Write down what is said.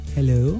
Hello